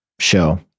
show